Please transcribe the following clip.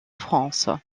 france